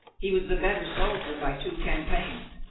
he was the better soldier by two campaigns,